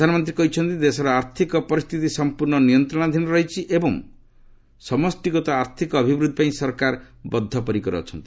ପ୍ରଧାନମନ୍ତ୍ରୀ କହିଛନ୍ତି ଦେଶର ଆର୍ଥିକ ପରିସ୍ଥିତି ସମ୍ପର୍ଶ୍ଣ ନିୟନ୍ତ୍ରଣାଧୀନ ରହିଛି ଏବଂ ସମଷ୍ଟିଗତ ଆର୍ଥିକ ଅଭିବୃଦ୍ଧି ପାଇଁ ସରକାର ବଦ୍ଧପରିକର ଅଛନ୍ତି